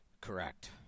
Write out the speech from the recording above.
Correct